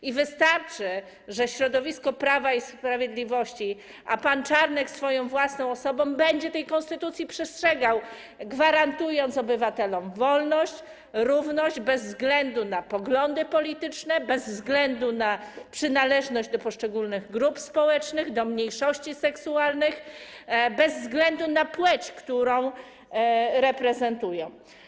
I wystarczy, że środowisko Prawa i Sprawiedliwości, a także pan Czarnek swoją własną osobą będą tej konstytucji przestrzegać, gwarantując obywatelom wolność i równość bez względu na poglądy polityczne, bez względu na przynależność do poszczególnych grup społecznych, do mniejszości seksualnych i bez względu na płeć, którą reprezentują.